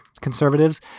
conservatives